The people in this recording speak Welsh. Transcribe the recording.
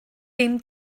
dim